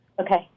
Okay